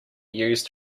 used